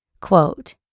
Quote